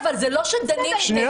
אוקיי, אבל זה לא שדנים --- אוסנת,